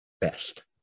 best